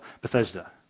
Bethesda